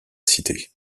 cité